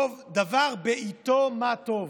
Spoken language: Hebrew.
דבר בעיתו, מה טוב.